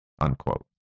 Unquote